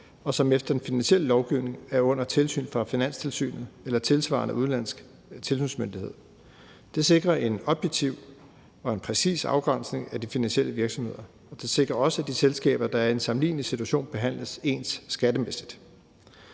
og som efter den finansielle lovgivning er under tilsyn fra Finanstilsynet eller tilsvarende udenlandsk tilsynsmyndighed. Det sikrer en objektiv og præcis afgrænsning af de finansielle virksomheder. Det sikrer også, at de selskaber, der er i en sammenlignelig situation, behandles ens skattemæssigt.